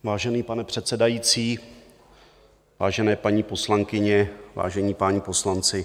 Vážený pane předsedající, vážené paní poslankyně, vážení páni poslanci.